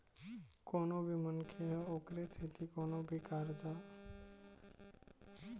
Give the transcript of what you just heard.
कोनो भी मनखे ह ओखरे सेती कोनो भी कारज ल करथे के आमदानी बरोबर होवय कहिके